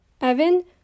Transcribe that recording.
Evan